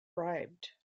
bribed